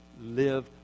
live